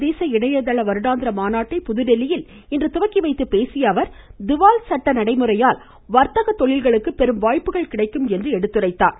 சர்வதேச இணையதள வருடாந்திர மாநாட்டை புதுதில்லியில் இன்று துவக்கிவைத்து பேசிய அவர் திவால் சட்ட நடைமுறையால் வர்த்தக தொழில்களுக்கு பெரும் வாய்ப்புகள் கிடைக்கும் என்று எடுத்துரைத்தார்